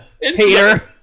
Peter